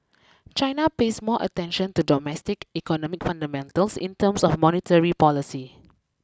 China pays more attention to domestic economic fundamentals in terms of monetary policy